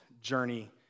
journey